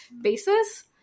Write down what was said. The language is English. basis